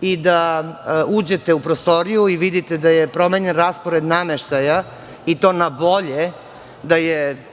i da uđete u prostoriju i vidite da je promenjen raspored nameštaja, i to na bolje, da je